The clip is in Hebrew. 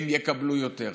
הם יקבלו יותר.